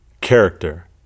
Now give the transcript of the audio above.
character